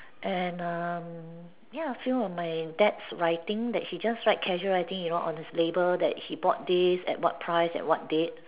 and um ya few of my dad's writing that he just write casual writing you know on his labour that he bought this at what price at what date